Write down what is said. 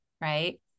Right